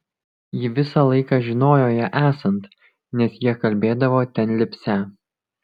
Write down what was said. ji visą laiką žinojo ją esant nes jie kalbėdavo ten lipsią